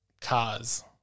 cars